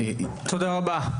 תודה רבה.